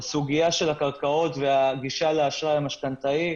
הסוגיה של הקרקעות והגישה לאשראי המשכנתאי.